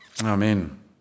Amen